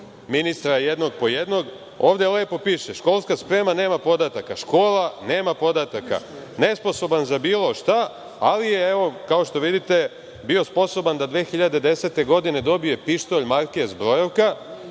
ministra jednog po jednog. Ovde lepo piše – školska sprema nema podataka, škola nema podataka, nesposoban za bilo šta, ali je, evo, kao što vidite bio sposoban da 2010. godine dobije pištolj marke „Zbrojevka“,